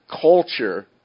culture